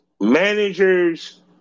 Managers